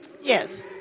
Yes